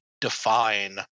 define